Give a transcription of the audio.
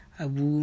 abu